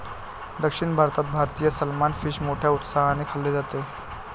दक्षिण भारतात भारतीय सलमान फिश मोठ्या उत्साहाने खाल्ले जाते